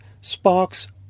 sparks